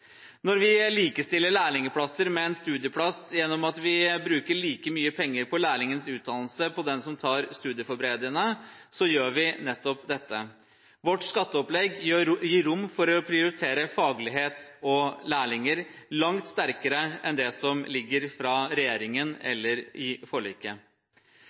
Når vi likestiller lærlingplasser med studieplasser gjennom at vi bruker like mye penger på lærlingens utdannelse som på den som tar studieforberedende, gjør vi nettopp dette. Vårt skatteopplegg gir rom for å prioritere faglighet og lærlinger langt sterkere enn det som ligger fra regjeringen eller i forliket.